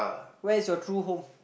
where is your true home